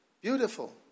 Beautiful